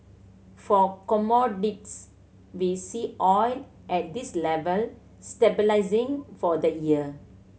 for commodities we see oil at this level stabilising for the year